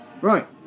Right